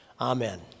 Amen